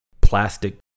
plastic